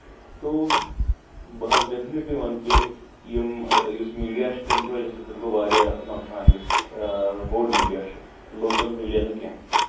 تو بہٕ حظ ڈٮ۪فنِٹلی ونہٕ کہِ یِم یُس میٖڈیا چھُ تمہِ کہِ وجہ سۭتۍ گوٚو واریاہ نۄقصان یُس بوٚڈ میٖڈیا چھُ لوکل میٖڈیا نہٕ کینٛہہ